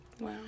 Wow